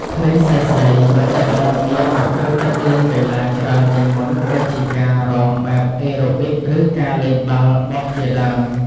ក្មេងស្រីៗក៏ចាប់ផ្តើមងាកមកចូលចិត្តលេងកីឡាច្រើនជាងមុនដូចជាការរាំបែបអេរ៉ូប៊ិកឬការលេងបាល់បោះជាដើម។